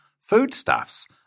foodstuffs